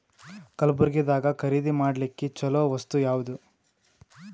ಕಲಬುರ್ಗಿದಾಗ ಖರೀದಿ ಮಾಡ್ಲಿಕ್ಕಿ ಚಲೋ ವಸ್ತು ಯಾವಾದು?